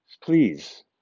please